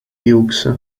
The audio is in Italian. hughes